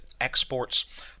exports